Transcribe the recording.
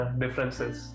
differences